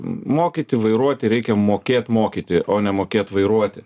mokyti vairuoti reikia mokėt mokyti o ne mokėt vairuoti